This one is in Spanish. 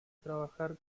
trabajar